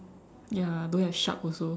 ya don't have shark also